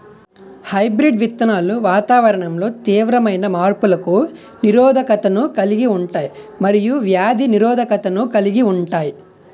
hybrid విత్తనాలు వాతావరణంలో తీవ్రమైన మార్పులకు నిరోధకతను కలిగి ఉంటాయి మరియు వ్యాధి నిరోధకతను కలిగి ఉంటాయి